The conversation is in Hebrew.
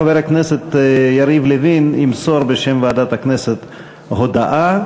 חבר הכנסת יריב לוין ימסור בשם ועדת הכנסת הודעה.